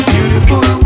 Beautiful